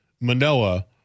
Manoa